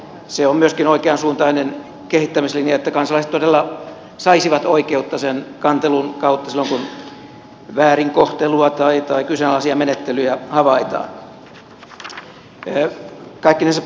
se on myöskin oikean suuntainen kehittämislinja että kansalaiset todella saisivat oikeutta sen kantelun kautta silloin kun väärinkohtelua tai kyseenalaisia menettelyjä havaitaan